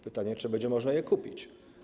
Pytanie, czy będzie można je kupić.